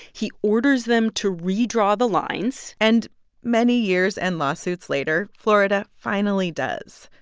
he orders them to redraw the lines and many years and lawsuits later, florida finally does.